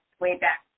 Wayback